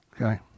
Okay